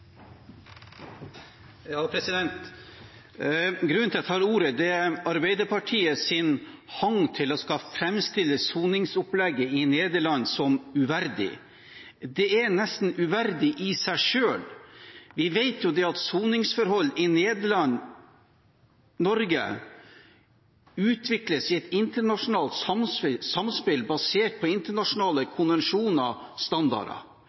Grunnen til at jeg tar ordet, er Arbeiderpartiets hang til å skulle framstille soningsopplegget i Nederland som «uverdig». Det er nesten uverdig i seg selv. Vi vet jo at soningsforhold i Nederland, og i Norge, utvikles i et internasjonalt samspill basert på internasjonale konvensjoner og standarder